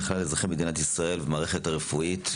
המערכת הרפואית ובכלל אזרחי מדינת ישראל והמערכת רפואית,